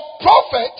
prophet